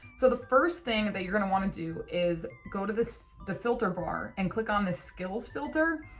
so the first thing that you're going to want to do is go to this the filter bar and click on the skills filter.